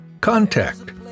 contact